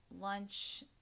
lunch